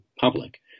public